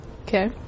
Okay